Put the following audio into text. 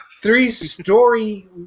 Three-story